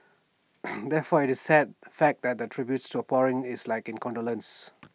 therefore IT is A sad fact that the tributes are pouring is like condolences